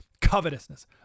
covetousness